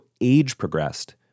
age-progressed